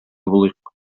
булыйк